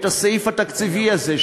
הסעיף התקציבי הזה,